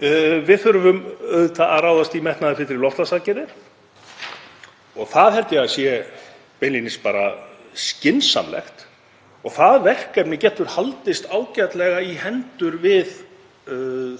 Við þurfum að ráðast í metnaðarfyllri loftslagsaðgerðir og það held ég að sé beinlínis skynsamlegt. Það verkefni getur haldist ágætlega í hendur við